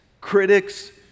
critics